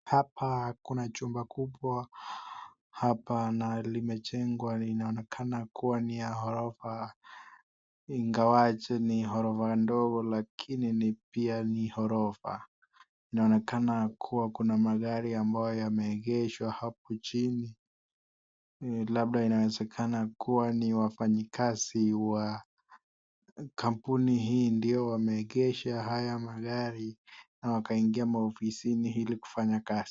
Hapa kunachumba kubwa hapa na limejengwa linaonekana kuwa ni ya gorofa ingawaji ni gorofa ndogo lakini pia ni gorofa. Inaonekana kuwa kuna magari ambayo yameegeshwa hapo chini labda inaezekana kuwa ni wafanyi kazi wa kampuni hii ndio wameegesha haya magari na wakaingia maofisini ili kufanya kazi.